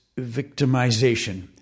victimization